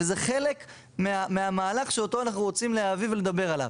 וזה חלק מהמהלך שאותו אנחנו רוצים להביא ולדבר עליו.